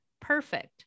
perfect